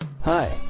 Hi